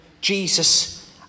Jesus